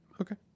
Okay